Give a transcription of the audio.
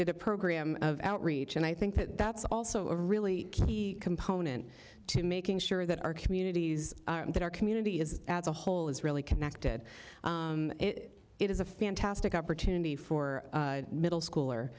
did a program of outreach and i think that that's also a really key component to making sure that our communities that our community is as a whole is really connected it is a fantastic opportunity for middle school